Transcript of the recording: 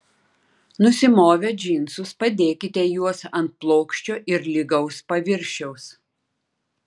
nusimovę džinsus padėkite juos ant plokščio ir lygaus paviršiaus